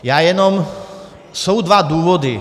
Já jenom, jsou dva důvody.